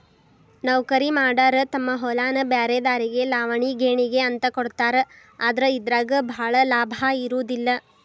ನೌಕರಿಮಾಡಾರ ತಮ್ಮ ಹೊಲಾನ ಬ್ರ್ಯಾರೆದಾರಿಗೆ ಲಾವಣಿ ಗೇಣಿಗೆ ಅಂತ ಕೊಡ್ತಾರ ಆದ್ರ ಇದರಾಗ ಭಾಳ ಲಾಭಾ ಇರುದಿಲ್ಲಾ